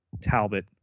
Talbot